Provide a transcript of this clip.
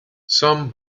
some